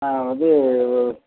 நான் வந்து ஓ